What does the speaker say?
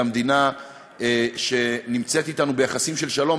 למדינה שנמצאת אתנו ביחסים של שלום,